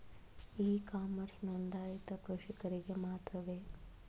E commerce ನೊಂದಾಯಿತ ಕೃಷಿಕರಿಗೆ ಮಾತ್ರವೇ?